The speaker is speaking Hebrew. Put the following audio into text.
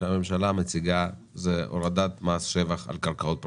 שהממשלה מציגה היא הורדת מס שבח על קרקעות פרטיות,